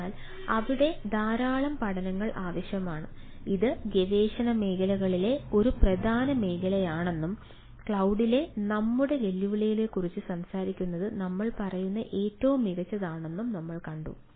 അതിനാൽ അവിടെ ധാരാളം പഠനങ്ങൾ ആവശ്യമുണ്ട് ഇത് ഗവേഷണ മേഖലകളിലെ ഒരു പ്രധാന മേഖലയാണെന്നും ക്ലൌഡിലെ നമ്മളുടെ വെല്ലുവിളികളെക്കുറിച്ച് സംസാരിക്കുന്നത് നമ്മൾ പറയുന്ന ഏറ്റവും മികച്ചതാണെന്നും നമ്മൾ കണ്ടു